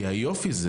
כי היופי זה